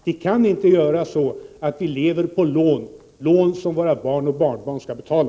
Vi kan inte leva på lån som våra barn och barnbarn skall betala.